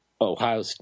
Ohio